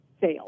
Sale